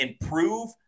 improve